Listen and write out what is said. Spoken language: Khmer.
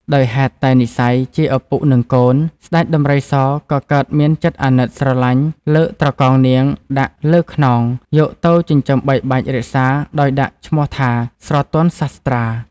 ដោយហេតុតែនិស្ស័យ ជាឪពុក និងកូន ស្តេចដំរីសក៏កើតមានចិត្តអាណិតស្រលាញ់លើកត្រកងនាងដាក់ លើខ្នងយកទៅចិញ្ចឹមបីបាច់រក្សាដោយដាក់ឈ្មោះថា ស្រទន់សាស្ត្រា។